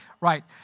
Right